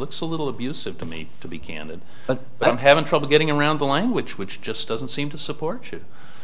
looks a little abusive to me to be candid but i'm having trouble getting around the language which just doesn't seem to support